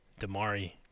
Damari